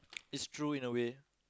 it's true in a way